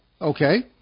Okay